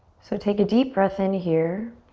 so take a deep breath in here,